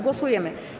Głosujemy.